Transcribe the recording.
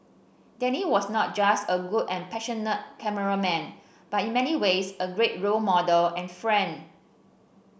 Danny was not just a good and passionate cameraman but in many ways a great role model and friend